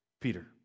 Peter